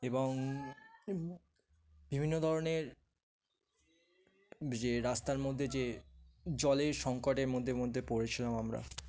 এবং বিভিন্ন ধরনের যে রাস্তার মধ্যে যে জলের সংকটের মধ্যে মধ্যে পড়েছিলাম আমরা